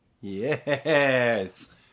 Yes